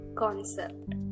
Concept